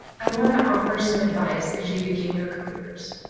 i want to offer some advice as you begin your careers.